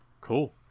Cool